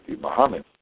Muhammad